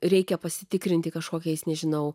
reikia pasitikrinti kažkokiais nežinau